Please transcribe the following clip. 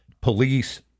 police